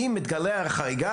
אם תתגלה חריגה,